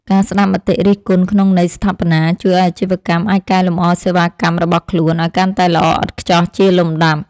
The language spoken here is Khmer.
ការស្ដាប់មតិរិះគន់ក្នុងន័យស្ថាបនាជួយឱ្យអាជីវកម្មអាចកែលម្អសេវាកម្មរបស់ខ្លួនឱ្យកាន់តែល្អឥតខ្ចោះជាលំដាប់។